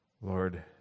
Lord